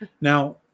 Now